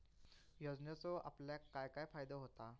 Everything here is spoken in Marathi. योजनेचो आपल्याक काय काय फायदो होता?